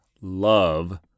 love